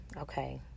okay